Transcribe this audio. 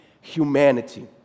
humanity